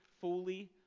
fully